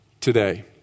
today